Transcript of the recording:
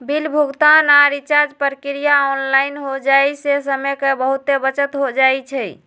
bill भुगतान आऽ recharge प्रक्रिया ऑनलाइन हो जाय से समय के बहुते बचत हो जाइ छइ